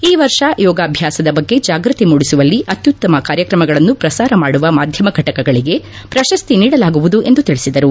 ಈ ವರ್ಷ ಯೋಗಾಭ್ಯಾಸದ ಬಗ್ಗೆ ಜಾಗೃತಿ ಮೂಡಿಸುವಲ್ಲಿ ಅತ್ಯುತ್ತಮ ಕಾರ್ಯಕ್ರಮಗಳನ್ನು ಪ್ರಸಾರ ಮಾಡುವ ಮಾಧ್ಯಮ ಘಟಕಗಳಿಗೆ ಪ್ರಶಸ್ತಿ ನೀಡಲಾಗುವುದು ಎಂದು ತಿಳಿಸಿದರು